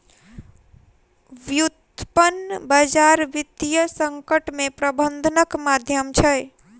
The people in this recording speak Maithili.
व्युत्पन्न बजार वित्तीय संकट के प्रबंधनक माध्यम छै